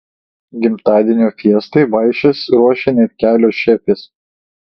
gimtadienio fiestai vaišes ruošė net kelios šefės